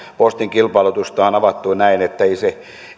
postin kilpailutusta on avattu ja näin että ei se